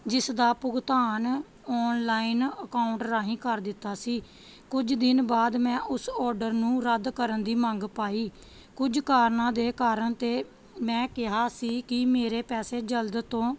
ਜਿਸ ਦਾ ਭੁਗਤਾਨ ਔਨਲਾਈਨ ਅਕਾਊਂਟ ਰਾਹੀਂ ਕਰ ਦਿੱਤਾ ਸੀ ਕੁਝ ਦਿਨ ਬਾਅਦ ਮੈਂ ਉਸ ਔਡਰ ਨੂੰ ਰੱਦ ਕਰਨ ਦੀ ਮੰਗ ਪਾਈ ਕੁਝ ਕਾਰਨਾਂ ਦੇ ਕਾਰਨ ਅਤੇ ਮੈਂ ਕਿਹਾ ਸੀ ਕਿ ਮੇਰੇ ਪੈਸੇ ਜਲਦ ਤੋਂ